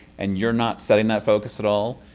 and you're not setting that focus at all,